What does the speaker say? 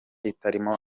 itarimo